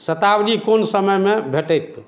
शतावरी कोन समयमे भेटत